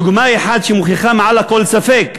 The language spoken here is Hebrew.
דוגמה אחת שמוכיחה מעל לכל ספק שאנחנו,